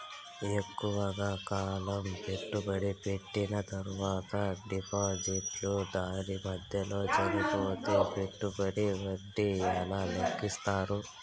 ఎక్కువగా కాలం పెట్టుబడి పెట్టిన తర్వాత డిపాజిట్లు దారు మధ్యలో చనిపోతే పెట్టుబడికి వడ్డీ ఎలా లెక్కిస్తారు?